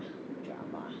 drama